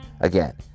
Again